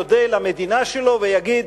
יודה למדינה שלו ויגיד: